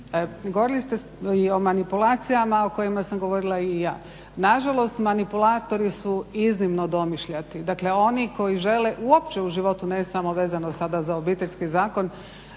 Govorili ste i o manipulacijama o kojima sam govorila i ja. Nažalost manipulatori su iznimno domišljati. Dakle oni koji žele uopće u životu, ne samo vezano sada za obiteljski zakon